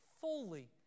fully